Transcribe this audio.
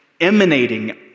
emanating